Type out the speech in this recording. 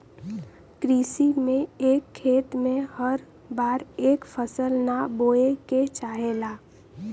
कृषि में एक खेत में हर बार एक फसल ना बोये के चाहेला